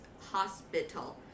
Hospital